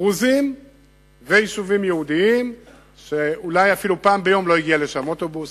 דרוזיים ויישובים יהודיים שאולי אפילו פעם ביום לא הגיע לשם אוטובוס.